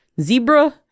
Zebra